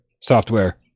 Software